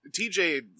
TJ